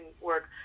work